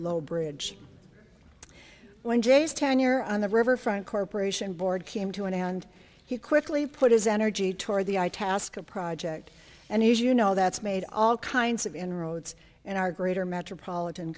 low bridge when jay's ten year on the riverfront corporation board came to an end he quickly put his energy toward the itasca project and he as you know that's made all kinds of inroads in our greater metropolitan